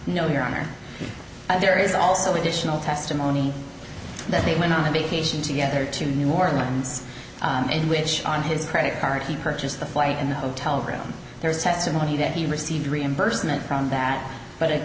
no your honor there there is also additional testimony that they went on a vacation together to new orleans in which on his credit card he purchased the flight in the hotel room there was testimony that he received reimbursement from that but